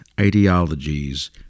Ideologies